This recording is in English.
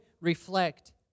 reflect